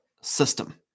system